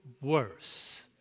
worse